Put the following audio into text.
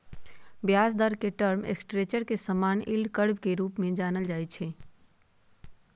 ब्याज दर के टर्म स्ट्रक्चर के समान्य यील्ड कर्व के रूपे जानल जाइ छै